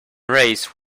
race